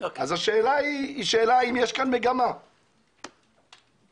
סך הכול באירועם מתוקשרים